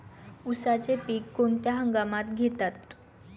उसाचे पीक कोणत्या हंगामात घेतात?